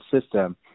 system